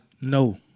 No